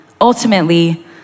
ultimately